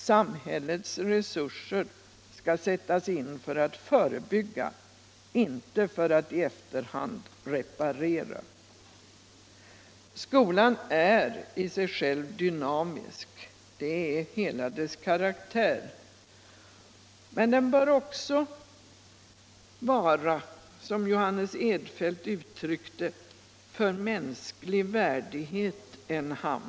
Samhällets resurser skall sättas in för att förebygga — inte för att i efterhand reparera. Nr 134 Skolan är till hela sin karaktär dynamisk, men den bör också vara, Fredagen den som Johannes Edfelt uttrycker det, ”för mänsklig värdighet en hamn”.